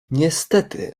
niestety